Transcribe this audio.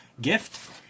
gift